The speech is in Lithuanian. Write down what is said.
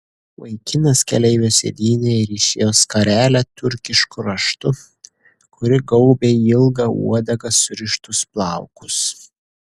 vaikinas keleivio sėdynėje ryšėjo skarelę turkišku raštu kuri gaubė į ilgą uodegą surištus plaukus